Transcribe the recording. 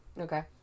Okay